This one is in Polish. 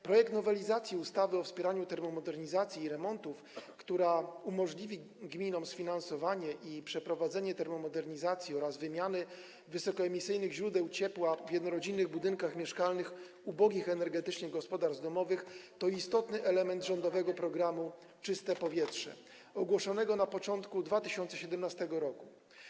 Projekt nowelizacji ustawy o wspieraniu termomodernizacji i remontów, która umożliwi gminom sfinansowanie i przeprowadzenie termomodernizacji oraz wymiany wysokoemisyjnych źródeł ciepła w jednorodzinnych budynkach mieszkalnych ubogich energetycznie gospodarstw domowych, to istotny element rządowego programu „Czyste powietrze” ogłoszonego na początku 2017 r.